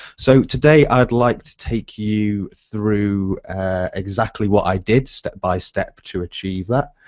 so today i'd like to take you through exactly what i did step by step to achieve that.